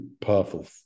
powerful